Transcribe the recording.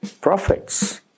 profits